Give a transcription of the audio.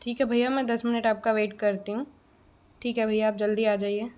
ठीक है भैया मैं दस मिनट आपका वेट करती हूँ ठीक है भैया आप जल्दी आ जाइए